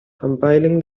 compiling